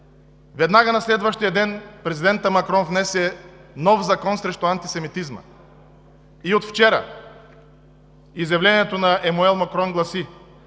Веднага на следващия ден президентът Макрон внесе нов Закон срещу антисемитизма. И от вчера изявлението на Емануел Макрон гласи: